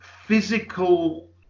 physical